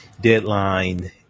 Deadline